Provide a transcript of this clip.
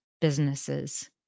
businesses